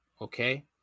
Okay